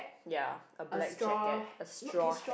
ya a black jacket a straw